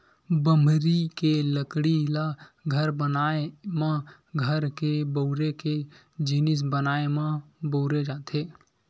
बमरी के लकड़ी ल घर बनाए म, घर के बउरे के जिनिस बनाए म बउरे जाथे